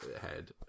head